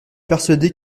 persuader